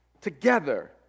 together